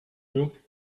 you